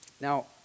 Now